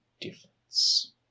difference